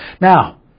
Now